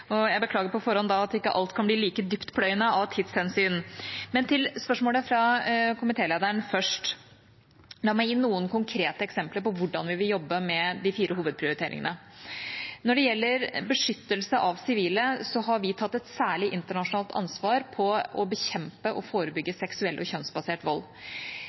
og jeg beklager på forhånd at ikke alt kan bli like dyptpløyende, av tidshensyn. Men til spørsmålet fra komitélederen først – la meg gi noen konkrete eksempler på hvordan vi vil jobbe med de fire hovedprioriteringene: Når det gjelder beskyttelse av sivile, har vi tatt et særlig internasjonalt ansvar for å bekjempe og forebygge seksuell og kjønnsbasert vold.